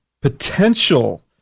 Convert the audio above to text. potential